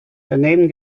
daneben